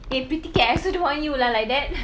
eh pretty cat I also don't want you lah like that